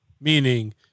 meaning